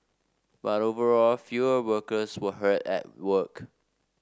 but overall fewer workers were hurt at work